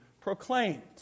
proclaimed